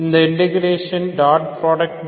இந்த integration dot product 0